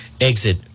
Exit